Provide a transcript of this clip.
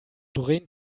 doreen